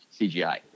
CGI